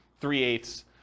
three-eighths